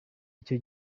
icyo